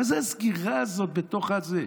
מה זה הסגירה הזאת בתוך הזה?